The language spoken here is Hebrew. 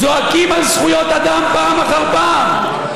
זועקים על זכויות אדם פעם אחר פעם,